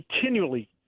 continually